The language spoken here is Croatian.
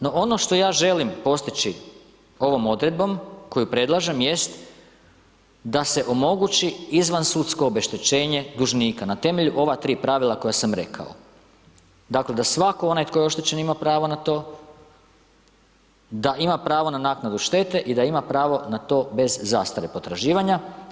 No ono što ja želim postići ovom odredbom koju predlažem jest da se omogući izvansudsko obeštećenje dužnika na temelju ova tri pravila koja sam rekao, dakle da svako ovaj koji je oštećen ima pravo na to, da ima pravo na naknadu štete i da ima pravo na to bez zastare potraživanja.